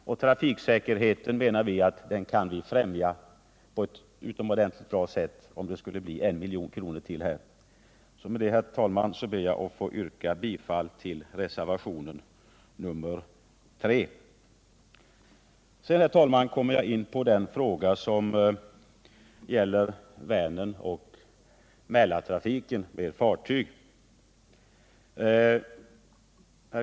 Vi anser att trafiksäkerheten kunde främjas på ett utomordentligt sätt, om det skulle stå I milj.kr. ytterligare till förfogande. Med dessa ord, herr talman, ber jag att få yrka bifall till reservationen 3; Sedan kommer jag in på den fråga som gäller Väneroch Mälartrafiken med fartyg.